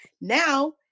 Now